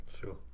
sure